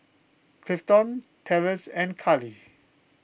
Clifton Terrance and Kallie